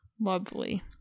Lovely